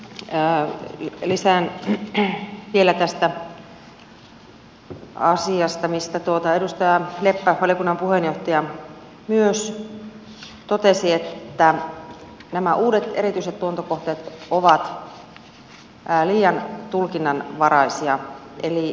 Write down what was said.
lisään vielä tähän asiaan mistä edustaja leppä valiokunnan puheenjohtaja myös totesi että nämä uudet erityiset luontokohteet ovat liian tulkinnanvaraisia